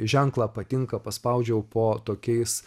ženklą patinka paspaudžiau po tokiais